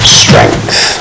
strength